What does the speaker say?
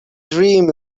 dream